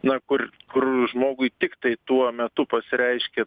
na kur kur žmogui tiktai tuo metu pasireiškia